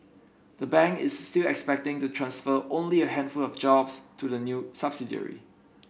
the bank is still expecting to transfer only a handful of jobs to the new subsidiary